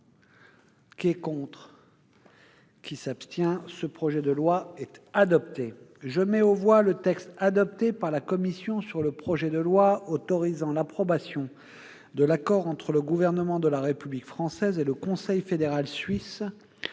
armées est favorable à l'adoption de ce texte. Je mets aux voix le texte adopté par la commission sur le projet de loi autorisant l'approbation de l'accord entre le Gouvernement de la République française et le Conseil fédéral suisse